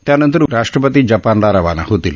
त्यानंतर राष्ट्रपती जपानला रवाना होतील